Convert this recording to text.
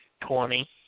twenty